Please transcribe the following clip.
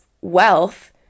wealth